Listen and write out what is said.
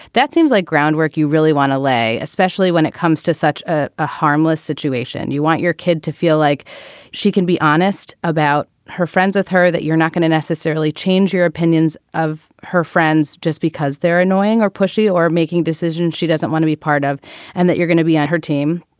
that seems like groundwork. you really want to lay, especially when it comes to such such ah a harmless situation. you want your kid to feel like she can be honest about her friends with her, that you're not going to necessarily change your opinions of her friends just because they're annoying or pushy or making decisions she doesn't want to be part of and that you're gonna be on her team.